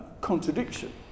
contradiction